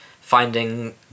finding